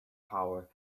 power